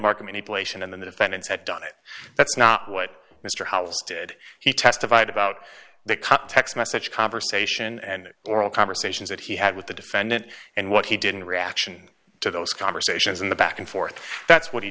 market manipulation and the defendants had done it that's not what mr house did he testified about the context message conversation and oral conversations that he had with the defendant and what he did in reaction to those conversations in the back and forth that's what he